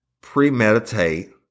premeditate